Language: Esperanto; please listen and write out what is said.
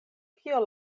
kio